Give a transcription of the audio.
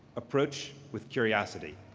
approach with curiosity.